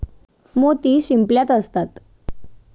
मोती शिंपल्यात असतात